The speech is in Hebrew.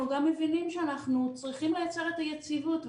אנחנו גם מבינים שאנחנו צריכים לייצר את היציבות.